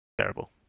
Terrible